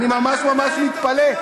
אני ממש ממש מתפלא.